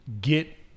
get